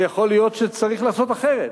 ויכול להיות שצריך לעשות אחרת,